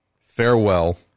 farewell